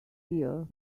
ear